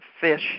fish